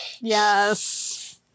Yes